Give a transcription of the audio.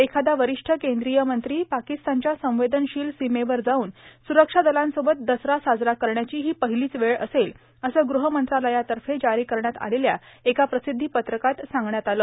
एखादा वरिष्ठ केंद्रीय मंत्री पाकिस्तानच्या संवेदनशील सीमेवर जाऊन सुरक्षा दलांसोबत दसरा साजरा करण्याची ही पहिलीच वेळ असेल असं गृहमंत्रालयातर्फे जारी करण्यात आलेल्या एका प्रसिद्धी पत्रकात सांगण्यात आलं